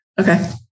Okay